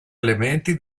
elementi